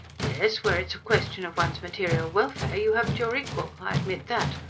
yes, where it's a question of one's material welfare you haven't your equal i admit that.